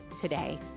today